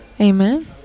Amen